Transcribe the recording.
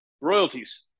Royalties